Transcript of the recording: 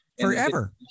Forever